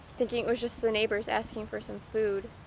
thinking it was just the neighbours asking for some food.